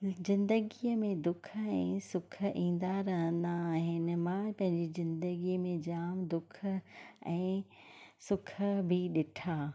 ज़िंदगीअ में दुख ऐं सुख ईंदा रहंदा आहिनि मां पंहिंजी ज़िंदगीअ में जाम दुख ऐं सुख बि ॾिठा